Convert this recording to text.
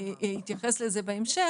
תנו דעתכם עליה עכשיו,